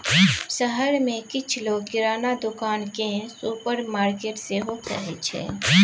शहर मे किछ लोक किराना दोकान केँ सुपरमार्केट सेहो कहै छै